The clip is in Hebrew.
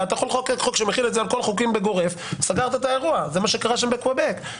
היא או מרת: